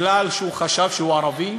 הוא חשב שהוא ערבי?